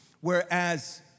Whereas